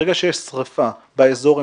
ברגע שיש שריפה באזור,